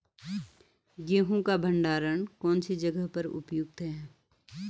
गेहूँ का भंडारण कौन सी जगह पर उपयुक्त है?